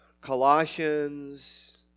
Colossians